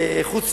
איכות סביבה,